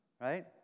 Right